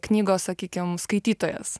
knygos sakykim skaitytojas